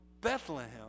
Bethlehem